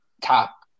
Top